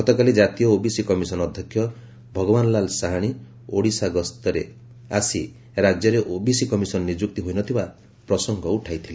ଗତକାଲି କାତୀୟ OBC commission ଅଧ୍ଧକ୍ଷ ଭଗବାନଲାଲ ସାହାଣୀ ଓଡ଼ିଶା ସ୍ତରରେ ଆସି ରାକ୍ୟରେ ଓବିସି କମିଶନ ନିଯୁକ୍ତି ହୋଇନଥିବା ପ୍ରସଙ୍ଗ ଉଠାଇଥିଲେ